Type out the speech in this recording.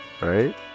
Right